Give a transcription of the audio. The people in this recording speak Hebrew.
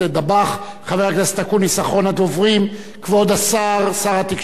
כבוד השר, שר התקשורת, אם ירצה, יוכל להתייחס